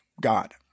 God